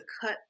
cut